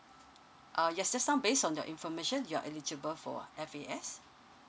uh yes just now based on the information you are eligible for F_A_S